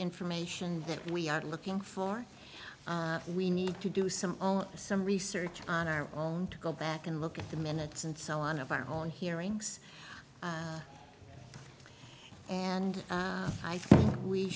information that we are looking for we need to do some some research on our own to go back and look at the minutes and so on of our own hearings and i think we